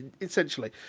Essentially